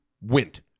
went